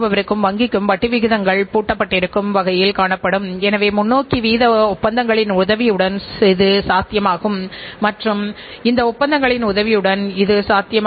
தொடர் மதிப்பீட்டின் மூலமாக நிர்வாகக் கட்டுப்பாடுகள் செய்கின்ற நிறுவனங்கள் வளர்வதே சாத்தியம் என சரித்திரம் நமக்கு சுட்டிக் காட்டுகிறது